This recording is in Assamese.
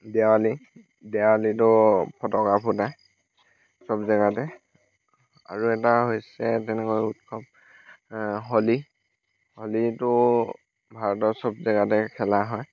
দেৱলী দেৱালীতো ফটকা ফুটায় চব জেগাতে আৰু এটা হৈছে তেনেকুৱা উৎসৱ হোলী হোলীটোও ভাৰতৰ চব জেগাতে খেলা হয়